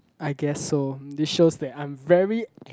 I guess so this shows that I'm very